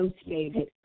associated